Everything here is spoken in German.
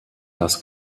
das